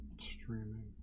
streaming